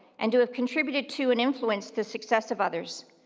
and to have contributed to and influenced the success of others,